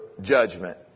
judgment